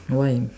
why